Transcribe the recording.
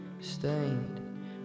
stained